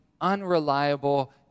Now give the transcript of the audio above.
unreliable